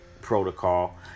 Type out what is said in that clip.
protocol